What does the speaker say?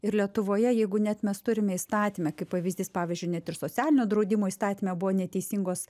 ir lietuvoje jeigu net mes turime įstatyme kaip pavyzdys pavyzdžiui net ir socialinio draudimo įstatyme buvo neteisingos